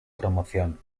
promoción